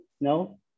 no